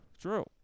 True